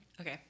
Okay